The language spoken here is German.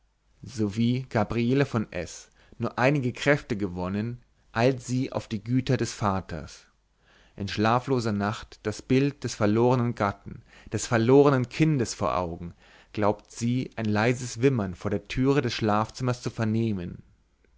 sowie gabriele von s nur einige kräfte gewonnen eilt sie auf die güter des vaters in schlafloser nacht das bild des verlornen gatten des verlornen kindes vor augen glaubt sie ein leises wimmern vor der türe des schlafzimmers zu vernehmen